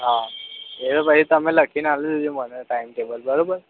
હા એ તો પછી તમે લખીને આપી દેજો મને ટાઈમ ટેબલ બરાબર